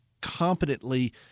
competently